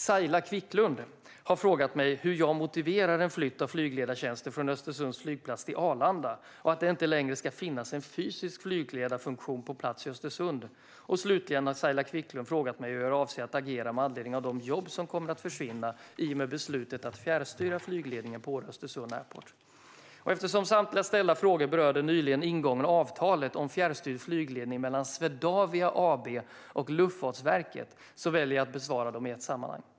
Saila Quicklund har frågat mig hur jag motiverar en flytt av flygledartjänster från Östersunds flygplats till Arlanda och att det inte längre ska finnas en fysisk flygledarfunktion på plats i Östersund. Slutligen har Saila Quicklund frågat mig hur jag avser att agera med anledning av de jobb som kommer att försvinna i och med beslutet att fjärrstyra flygledningen på Åre Östersund Airport. Eftersom samtliga ställda frågor berör det nyligen ingångna avtalet om fjärrstyrd flygledning mellan Swedavia AB och Luftfartsverket väljer jag att besvara dem i ett sammanhang.